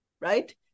right